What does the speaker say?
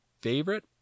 favorite